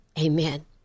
Amen